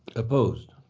opposed.